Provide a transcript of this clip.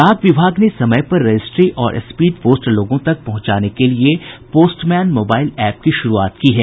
डाक विभाग ने समय पर रजिस्ट्री और स्पीड पोस्ट लोगों तक पहुंचाने के लिए पोस्टमैन मोबाईल एप की शुरूआत की है